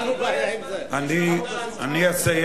אני אסיים.